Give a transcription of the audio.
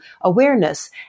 awareness